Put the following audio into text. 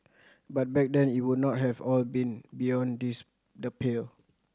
but back then it would not have all been beyond this the pale